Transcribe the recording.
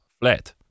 flat